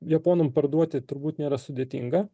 japonam parduoti turbūt nėra sudėtinga